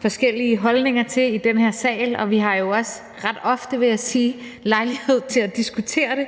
forskellige holdninger til i den her sal, og vi har jo også ret ofte – vil jeg sige – lejlighed til at diskutere det,